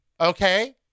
Okay